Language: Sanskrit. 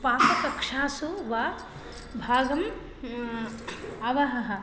पाक कक्षासु वा भागं अवहम्